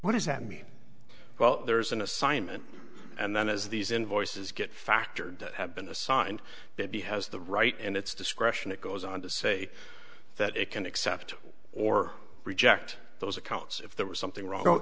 what does that mean well there's an assignment and then as these invoices get factored have been assigned that he has the right and its discretion it goes on to say that it can accept or reject those accounts if there was something wrong